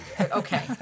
Okay